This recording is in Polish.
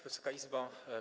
Wysoka Izbo!